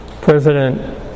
President